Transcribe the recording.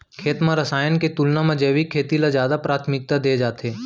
खेत मा रसायन के तुलना मा जैविक खेती ला जादा प्राथमिकता दे जाथे